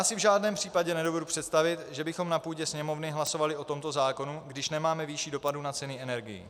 Já si v žádném případě nedovedu představit, že bychom na půdě Sněmovny hlasovali o tomto zákonu, když nemáme výši dopadů na ceny energií.